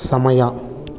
ಸಮಯ